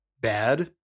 Bad